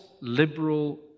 liberal